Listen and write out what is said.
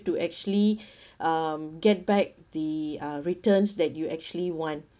to actually um get back the uh returns that you actually want